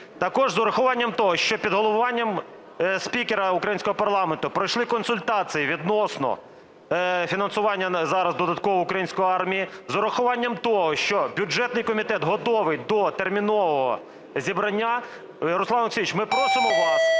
Також з урахуванням того, щоб під головуванням спікера українського парламенту пройшли консультації відносно фінансування зараз додаткового української армії, з урахуванням того, що бюджетний комітет готовий до термінового зібрання, Руслан Олексійович, ми просимо вас